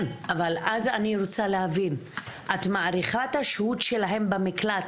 את מאריכה את השהות שלהן במקלט,